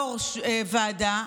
יו"ר ועדה,